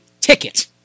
ticket